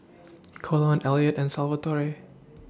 Colon Elliot and Salvatore